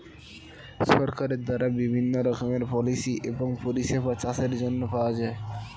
সরকারের দ্বারা বিভিন্ন রকমের পলিসি এবং পরিষেবা চাষের জন্য পাওয়া যায়